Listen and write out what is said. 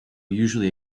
usually